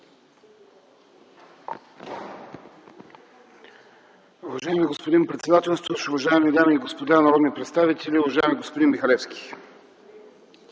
Уважаеми господин председател, уважаеми дами и господа народни представители, уважаеми господин Михалевски!